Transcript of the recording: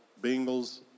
Bengals